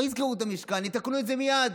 לא יסגרו את המשכן, יתקנו את זה מייד.